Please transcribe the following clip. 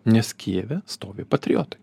nes kijeve stovi patriotai